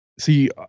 see